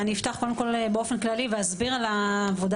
אני אפתח באופן כללי ואסביר על עבודת